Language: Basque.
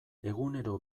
egunero